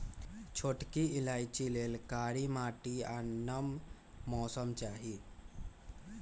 छोटकि इलाइचि लेल कारी माटि आ नम मौसम चाहि